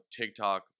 TikTok